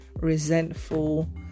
resentful